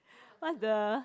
what's the